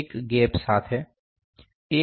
01 gap સાથે 1